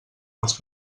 els